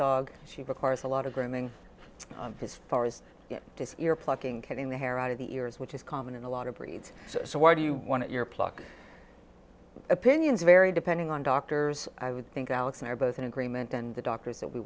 dog she requires a lot of grooming as far as plucking cutting the hair out of the ears which is common in a lot of breeds so why do you want your pluck opinions vary depending on doctors i would think alex and i are both in agreement and the doctors that we